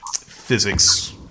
physics